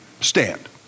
stand